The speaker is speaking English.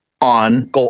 on